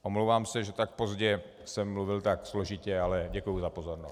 Omlouvám se, že tak pozdě jsem mluvil tak složitě, ale děkuji za pozornost.